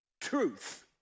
Truth